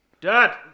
Dad